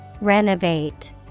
Renovate